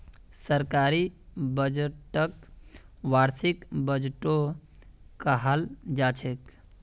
सरकारी बजटक वार्षिक बजटो कहाल जाछेक